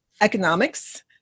Economics